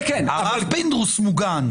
הרב פינדורס מוגן.